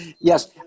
Yes